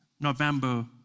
November